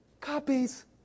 Copies